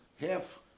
half